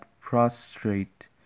prostrate